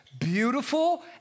beautiful